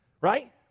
right